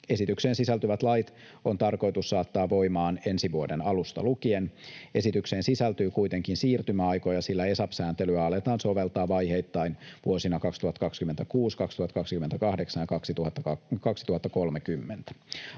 Esitykseen sisältyvät lait on tarkoitus saattaa voimaan ensi vuoden alusta lukien. Esitykseen sisältyy kuitenkin siirtymäaikoja, sillä ESAP-sääntelyä aletaan soveltaa vaiheittain vuosina 2026, 2028 ja 2030.